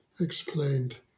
explained